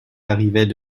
arrivait